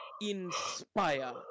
Inspire